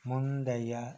முந்தைய